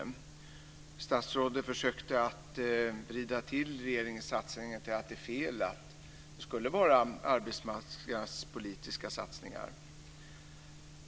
Statsrådet försökte att vrida till regeringens satsningar med att säga att det är fel att kalla dem arbetsmarknadspolitiska. Det skulle vara arbetsmarknadspolitiska satsningar.